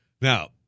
Now